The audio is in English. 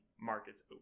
markets